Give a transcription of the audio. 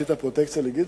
עשית פרוטקציה לגדעון?